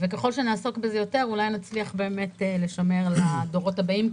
ככל שנעסוק בזה יותר אולי נצליח באמת לשמר לדורות הבאים.